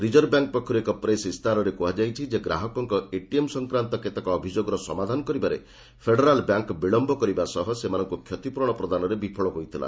reserve bank ପକ୍ଷରୁ ଏକ press ଇସ୍ତାହାରରେ କୁହାଯାଇଛି ଯେ ଗାହକଙ୍କ ଏଟିଏମ୍ ସଂକାନ୍ତ କେତେକ ଅଭିଯୋଗର ସମାଧାନ କରିବାରେ ଫେଡେରାଲ୍ ବ୍ୟାଙ୍କ ବିଳମ୍ବ କରିବା ସହ ସେମାନଙ୍କୁ କ୍ଷତିପ୍ରରଣ ପ୍ରଦାନରେ ବିଫଳ ହୋଇଥିଲା